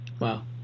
Wow